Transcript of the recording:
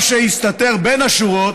מה שהסתתר בין השורות,